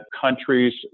countries